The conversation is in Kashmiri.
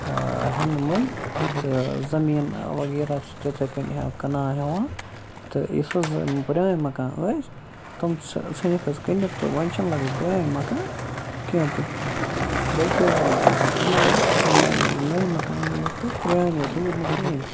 ہٮ۪نہٕ مٔلۍ تہٕ زٔمیٖن وغیرہ چھُ تِتھَے کٔنۍ ہےٚ کٕنان ہٮ۪وان تہٕ یُس حظ یِم پرٛٲنۍ مکان ٲسۍ تِم ژھٕ ژھٕنِکھ حظ کٕنِتھ تہٕ وۄنۍ چھِنہٕ لگ بگ پرٛٲنۍ مکان کینٛہہ تہِ بٔلکہِ حظ چھِ وٕنکٮ۪نَس اِمَے یوت یِم حظ نٔے مکانٕے یوت تہٕ پرٛٲنۍ حظ روٗدۍ نہٕ کِہیٖنۍ تہِ